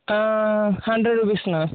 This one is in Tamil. ஹண்ட்ரட் ருபீஸ்ணா